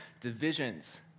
divisions